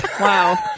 Wow